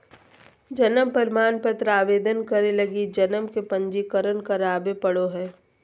जन्म प्रमाण पत्र आवेदन करे लगी जन्म के पंजीकरण करावे पड़ो हइ